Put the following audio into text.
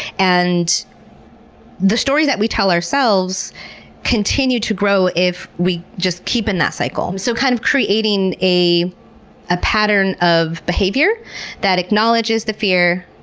and the stories that we tell ourselves continue to grow if we just keep in that cycle. so kind of creating a ah pattern of behavior that acknowledges the fear,